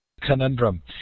conundrum